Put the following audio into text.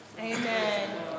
Amen